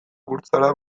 burtsara